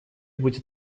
будет